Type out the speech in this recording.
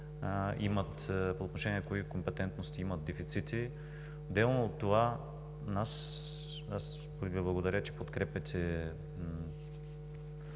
по отношение на кои компетентности имат дефицити. Отделно от това, благодаря, че подкрепяте